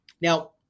Now